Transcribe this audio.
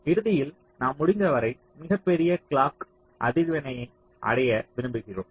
இறுதியில் நாம் முடிந்தவரை மிகப் பெரிய கிளாக் அதிர்வெண்யை அடைய விரும்புகிறோம்